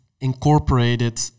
incorporated